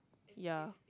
ya